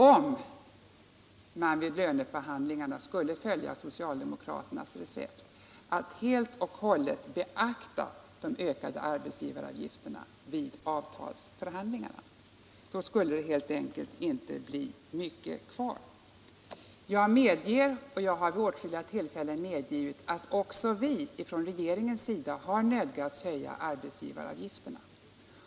Om man vid löneförhandlingarna skulle följa socialdemokraternas recept att helt och hållet beakta de ökade arbetsgivaravgifterna, skulle det inte bli mycket kvar. Jag medger, och jag har vid åtskilliga tillfällen tidigare medgivit, att regeringen har nödgats höja arbetsgivaravgifterna.